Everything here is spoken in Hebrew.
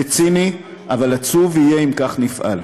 זה ציני, אבל עצוב יהיה אם כך נפעל.